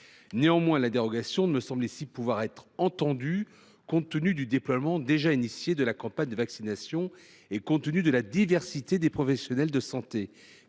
Néanmoins, la dérogation me semble ici pouvoir être entendue, compte tenu du déploiement déjà engagé de la campagne de vaccination et de la diversité des professionnels de santé